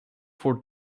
for